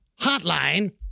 hotline